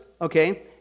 okay